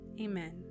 Amen